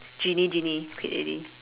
jeanie jeanie quit already